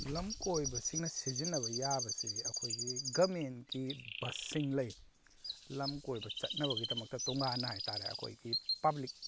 ꯂꯝꯀꯣꯏꯕꯁꯤꯡꯅ ꯁꯤꯖꯤꯟꯅꯕ ꯌꯥꯕꯁꯦ ꯑꯩꯈꯣꯏꯒꯤ ꯒꯃꯦꯟꯀꯤ ꯕꯁꯁꯤꯡ ꯂꯩ ꯂꯝꯀꯣꯏꯕ ꯆꯠꯅꯕꯒꯤꯗꯃꯛꯇ ꯇꯣꯉꯥꯟꯅ ꯍꯥꯏꯇꯥꯔꯦ ꯑꯩꯈꯣꯏꯒꯤ ꯄꯕ꯭ꯂꯤꯛ